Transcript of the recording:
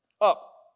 Up